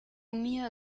mir